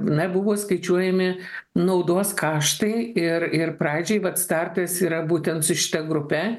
na buvo skaičiuojami naudos kaštai ir ir pradžioj vat startas yra būtent su šita grupe